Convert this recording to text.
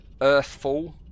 Earthfall